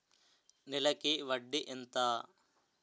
నెలకి వడ్డీ ఎంత?